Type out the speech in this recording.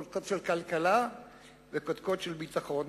קודקוד של כלכלה וקודקוד של ביטחון.